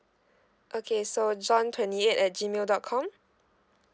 okay so john twenty eight at G mail dot com